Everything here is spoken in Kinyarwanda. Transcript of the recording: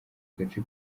gace